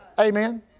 Amen